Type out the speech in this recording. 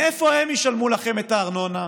מאיפה הם ישלמו לכם את הארנונה?